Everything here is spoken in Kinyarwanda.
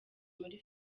muri